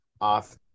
off